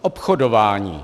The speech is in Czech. Obchodování.